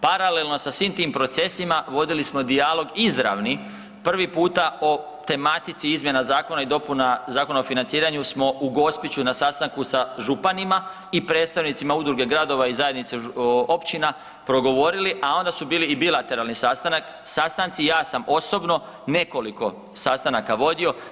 Paralelno sa svim tim procesima vodili smo dijalog izravni, prvi puta o tematici izmjena zakona i dopuna Zakona o financiranju smo u Gospiću na sastanku sa županima i predstavnicima udruge gradova i zajednice općina progovorili, a onda su bili i bilateralni sastanak, sastanak i ja sam osobno nekoliko sastanaka vodio.